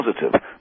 positive